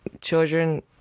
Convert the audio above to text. children